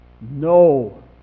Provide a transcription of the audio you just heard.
No